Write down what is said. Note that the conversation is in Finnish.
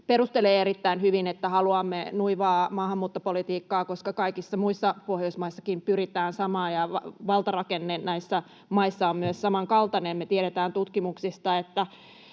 perustelee erittäin hyvin, että haluamme nuivaa maahanmuuttopolitiikkaa, koska kaikissa muissakin Pohjoismaissa pyritään samaan ja valtarakenne näissä maissa on myös samankaltainen. Me tiedetään tutkimuksista,